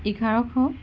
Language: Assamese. এঘাৰশ